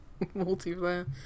Multiplayer